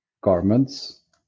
garments